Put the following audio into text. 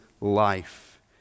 life